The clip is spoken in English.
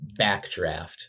backdraft